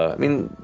i mean,